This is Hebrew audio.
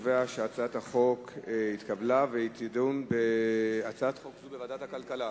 שהצעת החוק התקבלה, ותידון בוועדת הכלכלה.